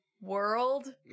world